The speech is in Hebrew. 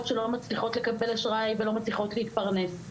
שלא מצליחות לקבל אשראי ולא מצליחות להתפרנס,